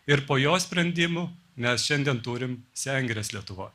ir po jo sprendimų mes šiandien turim sengires lietuvoj